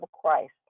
Christ